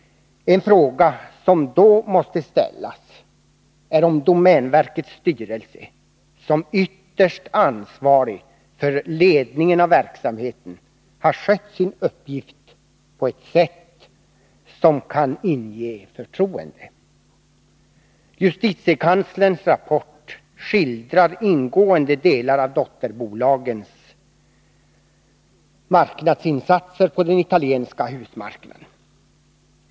En fråga som då måste ställas är om domänverkets styrelse, som ytterst är ansvarig för ledningen av verksamheten, har skött sin uppgift på ett förtroendeingivande sätt. Justitiekanslerns rapport skildrar ingående vissa av dotterbolagens marknadsinsatser på den italienska husmarknaden.